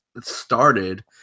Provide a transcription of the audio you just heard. started